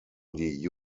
die